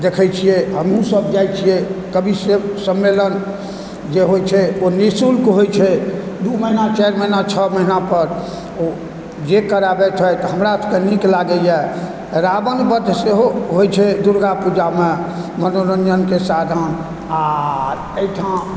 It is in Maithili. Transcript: देखै छियै हमहुँ सब जाइ छियै कवि सम्मेलन जे होइ छै ओ निःशुल्क होइ छै दू महीना चारि महीना छओ महीनापर ओ जे कराबै छथि हमरा सबके नीक लागैए रावण वध सेहो होइ छै दुर्गा पूजामे मनोरञ्जनके साधन आओर एहिठाम